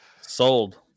Sold